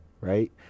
Right